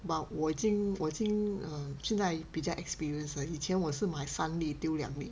but 我已经我已经 err 现在比较 experienced 了我以前是买三粒丢两粒